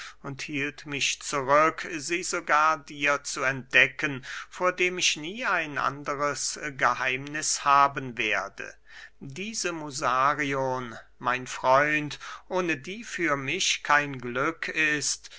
und hielt mich zurück sie sogar dir zu entdecken vor dem ich nie ein anderes geheimniß haben werde diese musarion mein freund ohne die für mich kein glück ist